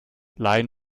laien